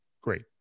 Great